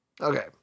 Okay